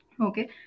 okay